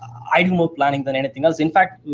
i do more planning than anything else. in fact,